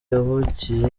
yavukiye